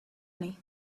journey